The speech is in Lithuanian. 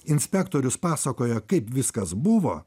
inspektorius pasakoja kaip viskas buvo